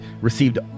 received